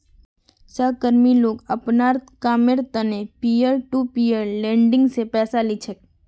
सहकर्मी लोग अपनार कामेर त न पीयर टू पीयर लेंडिंग स पैसा ली छेक